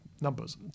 numbers